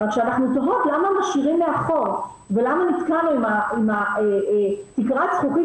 רק שאנחנו תוהות למה משאירים מאחור ולמה נתקענו עם תקרת הזכוכית